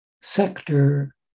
sector